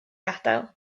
adael